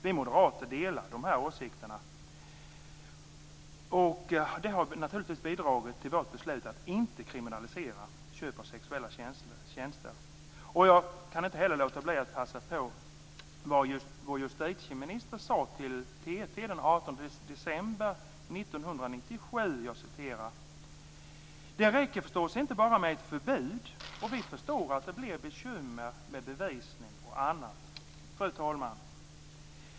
Vi moderater delar de här åsikterna, vilket naturligtvis har bidragit till vårt beslut att inte vilja kriminalisera köp av sexuella tjänster. Jag kan inte heller låta bli att citera vad vår justitieminister sade till TT den 18 december 1997: "Det räcker förstås inte bara med ett förbud, och vi förstår att det blir bekymmer med bevisning och annat." Fru talman!